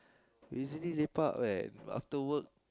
usually lepak at after work